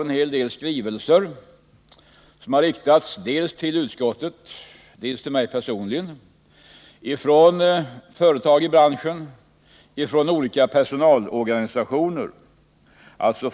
Det är dels skrivelser som har riktats till utskottet, dels sådana som har riktats till mig personligen.